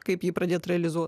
kaip jį pradėt realizuot